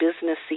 business